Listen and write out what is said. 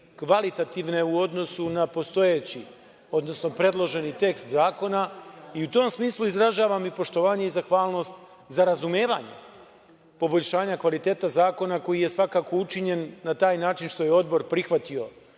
kvalitativne u odnosu na postojeći, odnosno predloženi tekst zakona.U tom smislu izražavam i poštovanje i zahvalnost za razumevanje poboljšanja kvaliteta zakona koji je svakako učinjen na taj način što je Odbor prihvatio